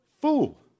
fool